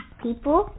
people